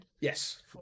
Yes